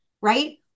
Right